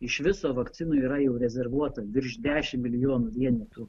iš viso vakcinų yra jau rezervuota virš dešimt milijonų vienetų